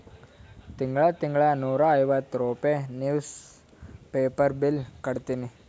ತಿಂಗಳಾ ತಿಂಗಳಾ ನೂರಾ ಐವತ್ತ ರೂಪೆ ನಿವ್ಸ್ ಪೇಪರ್ ಬಿಲ್ ಕಟ್ಟತ್ತಿನಿ